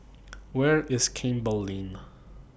Where IS Campbell Lane